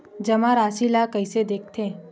जमा राशि ला कइसे देखथे?